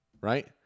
Right